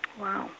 Wow